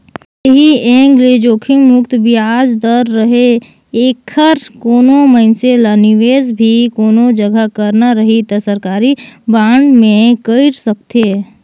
ऐही एंग ले जोखिम मुक्त बियाज दर रहें ऐखर कोनो मइनसे ल निवेस भी कोनो जघा करना रही त सरकारी बांड मे कइर सकथे